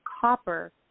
copper